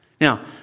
Now